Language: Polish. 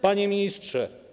Panie Ministrze!